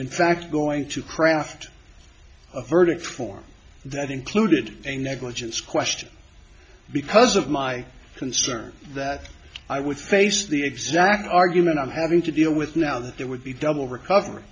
in fact going to craft a verdict form that included a negligence question because of my concern that i would face the exact argument i'm having to deal with now that there would be double recover